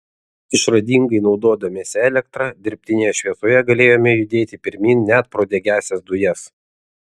išradingai naudodamiesi elektra dirbtinėje šviesoje galėjome judėti pirmyn net pro degiąsias dujas